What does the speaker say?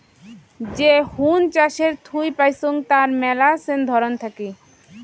যে হুন চাষের থুই পাইচুঙ তার মেলাছেন ধরন থাকি